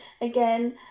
again